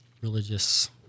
religious